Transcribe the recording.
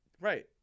Right